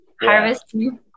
Harvesting